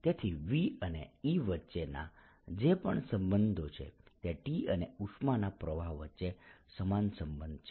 તેથી V અને E વચ્ચેના જે પણ સંબંધો છે તે T અને ઉષ્માના પ્રવાહ વચ્ચે સમાન સંબંધ છે